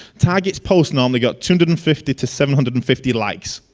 targets post nomally got two hundred and fifty to seven hundred and fifty likes.